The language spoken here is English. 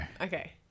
Okay